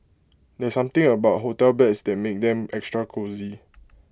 there's something about hotel beds that makes them extra cosy